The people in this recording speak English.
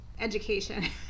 education